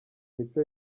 mico